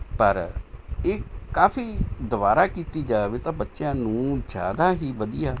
ਪਰ ਇਹ ਕਾਫ਼ੀ ਦੁਬਾਰਾ ਕੀਤੀ ਜਾਵੇ ਤਾਂ ਬੱਚਿਆਂ ਨੂੰ ਜ਼ਿਆਦਾ ਹੀ ਵਧੀਆ